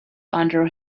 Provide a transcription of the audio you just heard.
under